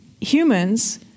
humans